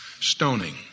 Stoning